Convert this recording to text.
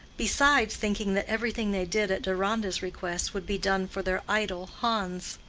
besides thinking that everything they did at deronda's request would be done for their idol, hans.